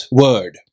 word